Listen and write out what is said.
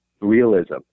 realism